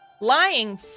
lying